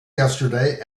yesterday